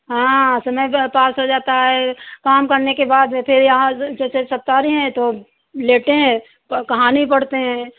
हाँ समय ज़रा पास हो जाता है काम करने के बाद फिर यहाँ जैसे सुस्ता रहे हैं तो लेटे हैं तो कहानी पढ़ते हैं